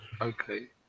Okay